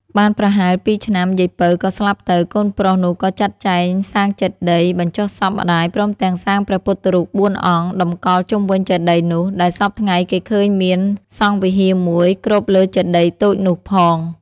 បានប្រហែលពីរឆ្នាំ យាយ ពៅ ក៏ស្លាប់ទៅ កូនប្រុសនោះ ក៏ចាត់ចែងសាងចេតិយ បញ្ចុះសពម្ដាយព្រមទាំងសាងព្រះពុទ្ធរូបបួនអង្គ តម្កល់ជុំវិញចេតិយនោះ ដែលសព្វថ្ងៃគេឃើញមានសង់វិហារមួយគ្របលើចេតិយតូចនោះផង ។